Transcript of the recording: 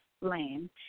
Lane